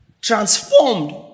transformed